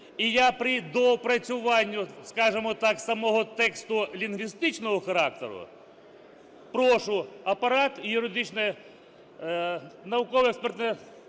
і я при доопрацюванні, скажемо так, самого тексту лінгвістичного характеру, прошу апарат і юридичне, науково-експертне